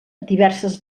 diverses